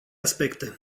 aspecte